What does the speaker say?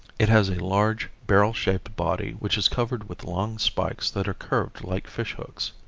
it has a large barrel-shaped body which is covered with long spikes that are curved like fishhooks.